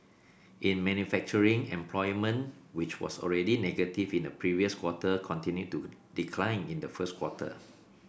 in manufacturing employment which was already negative in the previous quarter continued to decline in the first quarter